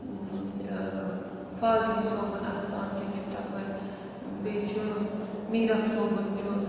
فاضلی صٲبُن اَستان تہِ چھُ تَپٲرۍ بیٚیہِ چھُ میٖرَخ صٲبُن چھُ